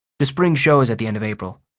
the spring show is at the end of april.